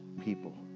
people